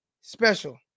special